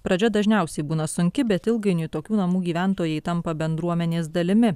pradžia dažniausiai būna sunki bet ilgainiui tokių namų gyventojai tampa bendruomenės dalimi